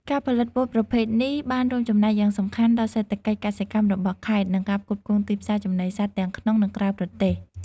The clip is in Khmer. ការផលិតពោតប្រភេទនេះបានរួមចំណែកយ៉ាងសំខាន់ដល់សេដ្ឋកិច្ចកសិកម្មរបស់ខេត្ត និងការផ្គត់ផ្គង់ទីផ្សារចំណីសត្វទាំងក្នុង និងក្រៅប្រទេស។